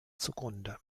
zugrunde